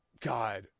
god